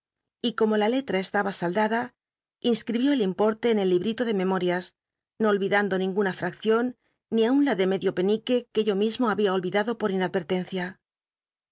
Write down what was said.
y como la letra estaba saldada in cribió el impo te en el librito de memorias no ohidando ninguna fraccion ni aun la de medio penique que yo inad e tencia mismo habia olvidado por